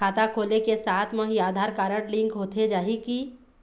खाता खोले के साथ म ही आधार कारड लिंक होथे जाही की?